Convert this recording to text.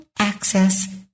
Access